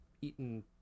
eaten